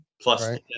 plus